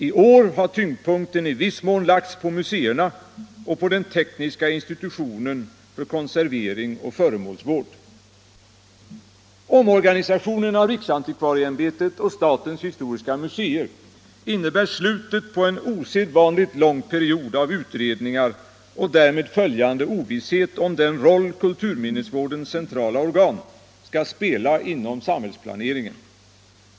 I år har tyngdpunkten i viss mån lagts på museerna och på den tekniska institutionen för konservering och föremålsvård. Omorganisationen av riksantikvarieämbetet och statens historiska museer innebär slutet på en osedvanligt lång period av utredningar och därmed följande ovisshet om den roll kulturminnesvårdens centrala organ skall spela inom samhällsplaneringen.